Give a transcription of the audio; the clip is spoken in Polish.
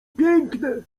piękne